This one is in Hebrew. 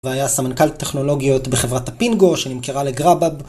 והיה סמנכ"ל טכנולוגיות בחברת הפינגו, שאני מכירה לגראבאב.